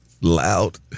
Loud